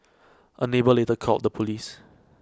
A neighbour later called the Police